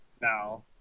now